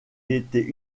était